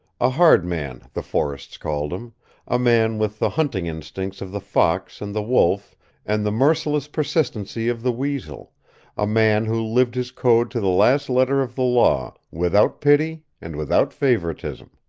a hard man, the forests called him a man with the hunting instincts of the fox and the wolf and the merciless persistency of the weazel a man who lived his code to the last letter of the law, without pity and without favoritism.